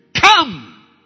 Come